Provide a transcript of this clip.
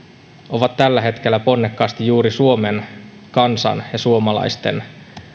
ovat tällä hetkellä ponnekkaasti juuri suomen kansan ja suomalaisten